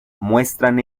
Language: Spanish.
muestran